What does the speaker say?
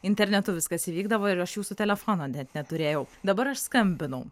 internetu viskas įvykdavo ir aš jūsų telefono net neturėjau dabar aš skambinau